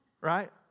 right